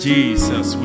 Jesus